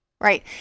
right